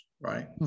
right